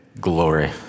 glory